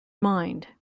mind